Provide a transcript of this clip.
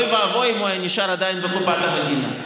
אוי ואבוי אם הוא היה נשאר עדיין בקופת המדינה.